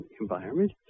environment